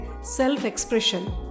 self-expression